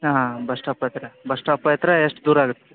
ಹಾಂ bus stop ಹತ್ತಿರ bus stop ಹತ್ತಿರ ಎಷ್ಟು ದೂರ ಆಗತ್ತೆ